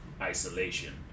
isolation